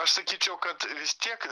aš sakyčiau kad vis tiek